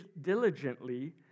diligently